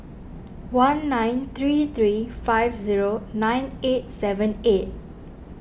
one nine three three five zero nine eight seven eight